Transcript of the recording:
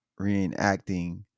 reenacting